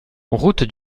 route